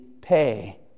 pay